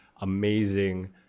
amazing